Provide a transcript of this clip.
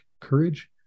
courage